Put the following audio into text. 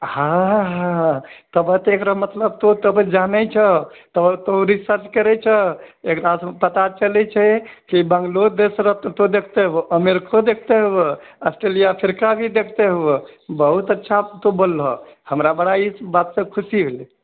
हँ हँ तब एकरा मतलब तू जानै छह तू रिसर्च करै छह एकरासँ पता चलै छै जे बंग्लोदेश देखतो हेबऽ अमेरिको देखतो हेबऽ आस्ट्रेलिआ अफ्रीका भी देखतो हेबऽ बहुत अच्छा तू बोललह हमरा बड़ा ई बातसँ खुशी भेलै